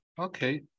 Okay